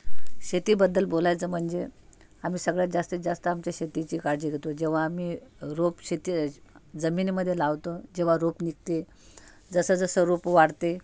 शेतीबद्दल बोलायचं म्हणजे आम्ही सगळ्यात जास्तीतजास्त आमच्या शेतीची काळजी घेतो जेव्हा आम्ही रोप शेती जमिनीमध्ये लावतो जेव्हा रोप निघते जसंजसं रोप वाढते